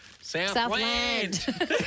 Southland